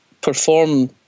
perform